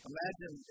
Imagine